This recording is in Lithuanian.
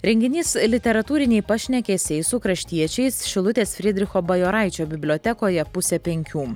renginys literatūriniai pašnekesiai su kraštiečiais šilutės fridricho bajoraičio bibliotekoje pusė penkių